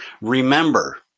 Remember